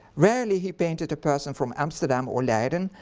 rarely he painted a person from amsterdam or leiden,